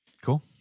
Cool